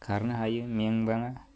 खारनो हायो मेंबाङा